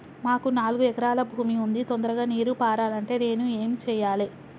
మాకు నాలుగు ఎకరాల భూమి ఉంది, తొందరగా నీరు పారాలంటే నేను ఏం చెయ్యాలే?